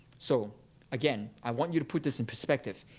so again, i want you to put this in perspective.